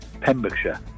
Pembrokeshire